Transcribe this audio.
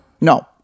No